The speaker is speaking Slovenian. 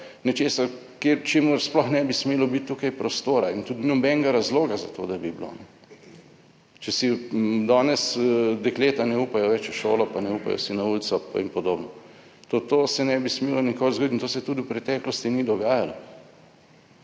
nečesa čemur sploh ne bi smelo biti tukaj prostora in tudi ni nobenega razloga za to, da bi bilo. Če si danes dekleta ne upajo več v šolo, pa ne upajo si na ulico, in podobno. Tudi to se ne bi smelo nikoli zgoditi in to se tudi v preteklosti ni dogajalo.